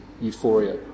Euphoria